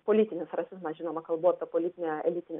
politinis rasizmas žinoma kalbu apie politinį elitinį